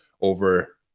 over